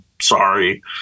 Sorry